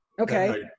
Okay